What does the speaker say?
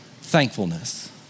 thankfulness